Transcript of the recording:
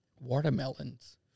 watermelons